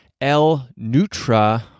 L-Nutra